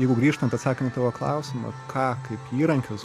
jeigu grįžtant atsakant į tavo klausimą ką kaip įrankius